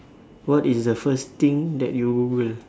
what is the first thing that you will